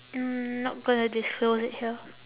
mm not gonna disclose it here